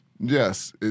Yes